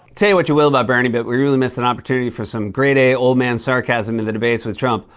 say you what you will about bernie, but we really missed an opportunity for some grade a old man sarcasm in the debates with trump.